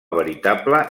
veritable